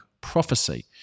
prophecy